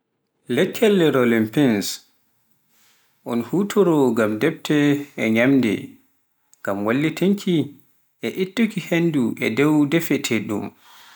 lekkel Rolling pins un huutoroo ngam defde e ñamminde ngam wallitinki e ittuki henndu e dow defetee ɗum.